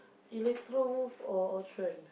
Electrowolf or Ultron